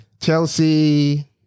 Chelsea